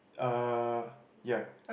uh yeah